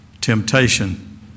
temptation